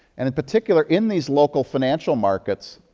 and in particular, in these local financial markets,